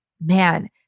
man